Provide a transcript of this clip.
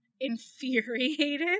infuriated